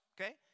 okay